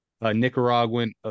Nicaraguan